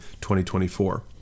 2024